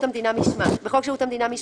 המדינה (משמעת) 21. בחוק שירות המדינה (משמעת),